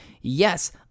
yes